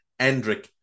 Endrick